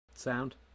sound